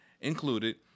included